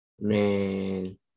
Man